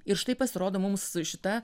ir štai pasirodo mums šita